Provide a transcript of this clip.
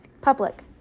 public